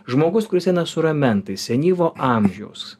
žmogus kuris eina su ramentais senyvo amžiaus